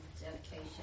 dedication